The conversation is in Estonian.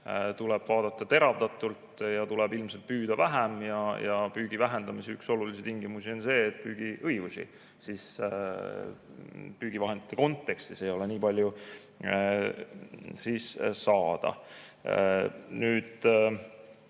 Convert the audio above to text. seda vaadata teravdatult ja tuleb ilmselt püüda vähem. Püügi vähendamise üks olulisi tingimusi on see, et püügiõigusi püügivahendite kontekstis ei ole nii palju saada. Kes